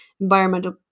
environmental